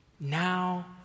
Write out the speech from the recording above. Now